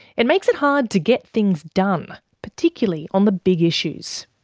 it makes it hard to get things done, particularly on the big issues.